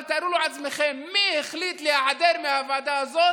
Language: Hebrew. אבל תארו לעצמכם מי החליט להיעדר מהוועדה הזאת?